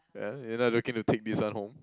yeah you not looking to take this one home